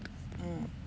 mm